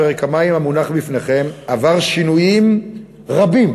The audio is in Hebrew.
פרק המים המונח בפניכם עבר שינויים רבים